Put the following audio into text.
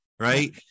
Right